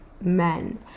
men